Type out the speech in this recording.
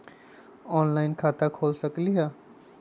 Online खाता खोल सकलीह?